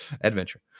adventure